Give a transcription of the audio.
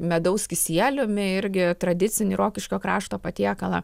medaus kisieliumi irgi tradicinį rokiškio krašto patiekalą